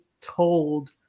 told